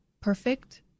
perfect